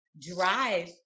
drive